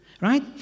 right